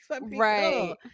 right